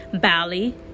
Bali